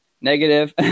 Negative